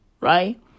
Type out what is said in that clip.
Right